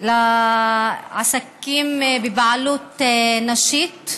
לעסקים בבעלות נשית: